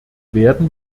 werden